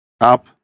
Up